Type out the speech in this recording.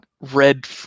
red